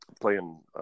playing –